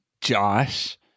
Josh